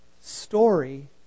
Story